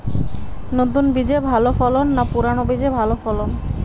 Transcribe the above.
নতুন বীজে ভালো ফলন না পুরানো বীজে ভালো ফলন?